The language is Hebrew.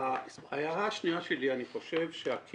בוא תמשיך, פרופ' אדרעי.